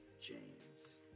James